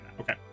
Okay